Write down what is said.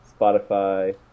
Spotify